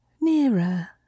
nearer